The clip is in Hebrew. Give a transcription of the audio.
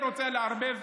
כשאני התקרבתי לגברת,